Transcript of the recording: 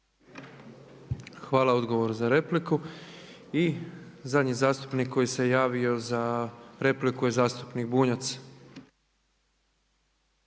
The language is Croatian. Hvala na odgovor za repliku. I zadnji zastupnik koji se javio za repliku je zastupnik Bunjac.